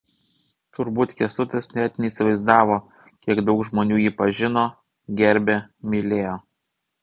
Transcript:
turbūt kęstutis net neįsivaizdavo kiek daug žmonių jį pažino gerbė mylėjo